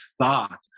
thought